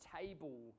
table